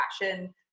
fashion